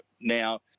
Now